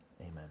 Amen